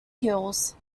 hills